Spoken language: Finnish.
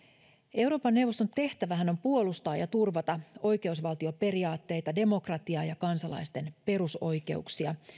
euroopan neuvoston tehtävähän on puolustaa ja turvata oikeusvaltioperiaatteita demokratiaa ja kansalaisten perusoikeuksia